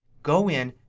go in.